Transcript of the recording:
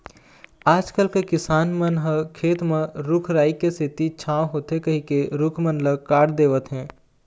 आजकल के किसान मन ह खेत म रूख राई के सेती छांव होथे कहिके रूख मन ल काट देवत हें